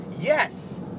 Yes